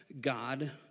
God